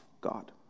God